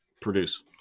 Produce